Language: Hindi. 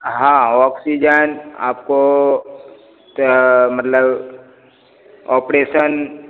हाँ ऑक्सीजन आपको मतलब ऑपरेशन